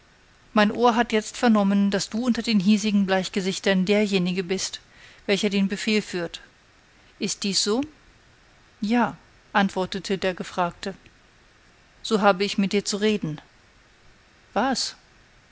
mein ohr hat jetzt vernommen daß du unter den hiesigen bleichgesichtern derjenige bist welcher den befehl führt ist dies so ja antwortete der gefragte so habe ich mit dir zu reden was